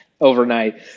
overnight